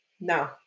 No